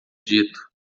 dito